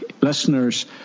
listeners